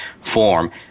form